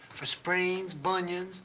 for sprains, bunions,